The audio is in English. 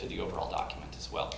to the overall document as well